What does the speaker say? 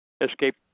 escape